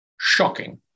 Shocking